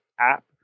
app